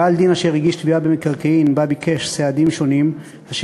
בעל דין אשר הגיש תביעה במקרקעין וביקש בה סעדים שונים אשר